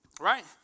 right